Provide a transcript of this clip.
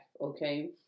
okay